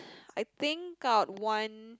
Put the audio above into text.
I think got one